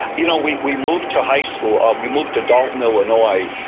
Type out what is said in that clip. you know we we moved to high school. um we moved to dalton, illinois.